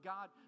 God